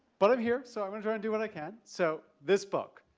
but i'm here so i'm gonna try and do what i can. so this book,